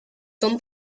son